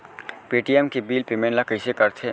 Paytm के bill payment ल कइसे करथे?